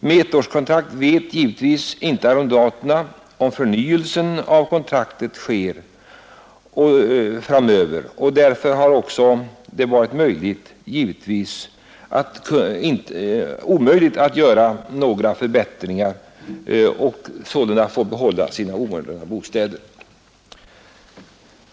Med ettårskontrakt vet givetvis inte arrendatorerna om förnyelse av kontraktet kan ske längre fram, och därför har det varit omöjligt att göra några förbättringar. De har sålunda fått behålla sina omoderna bostäder.